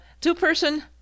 Two-person